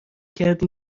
کردی